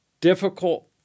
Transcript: difficult